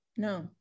No